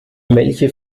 welche